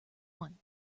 one